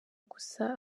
gusa